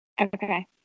Okay